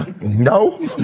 No